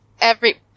every-